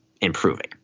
improving